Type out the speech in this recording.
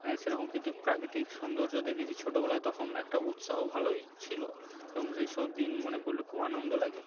হ্যাঁ সে রকম কিন্তু প্রাকৃতিক সৌন্দর্য দেখেছি ছোটোবেলায় তখন একটা উৎসাহ ভালোই ছিল এবং সেই সব দিন মনে পড়লে খুব আনন্দ লাগে